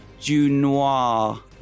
Junoir